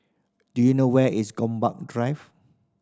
do you know where is Gombak Drive